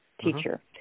teacher